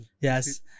Yes